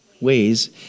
ways